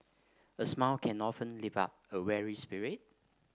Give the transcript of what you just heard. a smile can often lift up a weary spirit